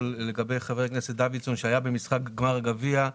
לגבי חבר הכנסת דוידסון שהיה במשחק גמר הגביע,